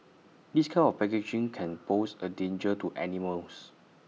this kind of packaging can pose A danger to animals